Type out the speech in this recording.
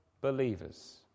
believers